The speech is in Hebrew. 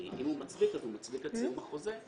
כי אם הוא מצדיק אז הוא מצדיק את סיום החוזה.